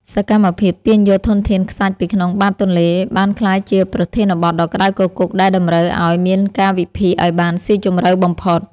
សកម្មភាពទាញយកធនធានខ្សាច់ពីក្នុងបាតទន្លេបានក្លាយជាប្រធានបទដ៏ក្តៅគគុកដែលតម្រូវឱ្យមានការវិភាគឱ្យបានស៊ីជម្រៅបំផុត។